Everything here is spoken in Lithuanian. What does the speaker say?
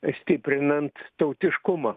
stiprinant tautiškumą